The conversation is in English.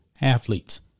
athletes